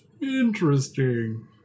interesting